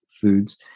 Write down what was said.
foods